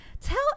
Tell